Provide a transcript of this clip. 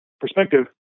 perspective